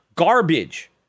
Garbage